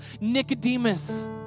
Nicodemus